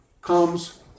comes